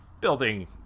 Building